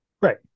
Right